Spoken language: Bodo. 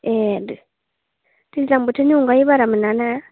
ए दे गोजां बोथोरनि अनगायै बारा मोना ना